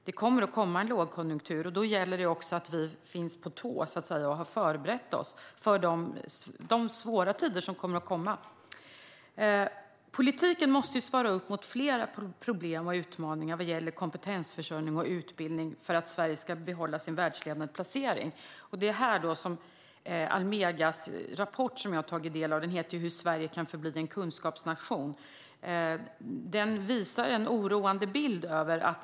Det kommer en lågkonjunktur, och då gäller det att vi är förberedda på de svåra tider som kommer. Politiken måste svara upp mot flera problem och utmaningar vad gäller kompetensförsörjning och utbildning för att Sverige ska behålla sin världsledande placering. Almegas rapport, som jag har tagit del av, heter ju Hur Sverige kan förbli en kunskapsnation. Den visar en oroande bild.